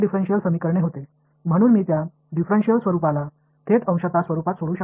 differential வடிவம் சரிதானே நான் அவற்றை நேரடியாக பகுதியளவில் டிஃபரென்ஷியல் இகுவேஸன்ஸில் தீர்க்க முடியும்